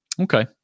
Okay